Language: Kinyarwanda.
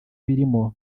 ibirimo